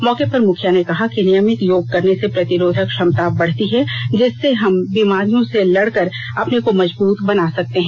मौके पर मुखिया ने कहा नियमित योग करने से प्रतिरोधक क्षमता बढ़ती है जिससे हम बीमारियों से लड़ कर अपने को मजबूत बना सकते हैं